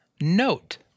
Note